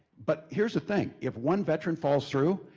but here's the thing. if one veteran falls through,